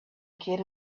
kid